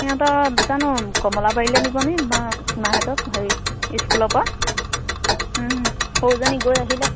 সিহঁতক জানো কমলাবাৰীলে নিব নি বা চুনাহঁতক হেৰি ইস্কুলৰ পৰা সৰুজনী গৈ আহিলে